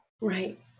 Right